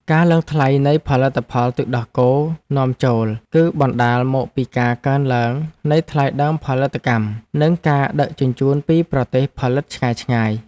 ការឡើងថ្លៃនៃផលិតផលទឹកដោះគោនាំចូល គឺបណ្តាលមកពីការកើនឡើងនៃថ្លៃដើមផលិតកម្ម និងការដឹកជញ្ជូនពីប្រទេសផលិតឆ្ងាយៗ។